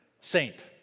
Saint